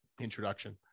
introduction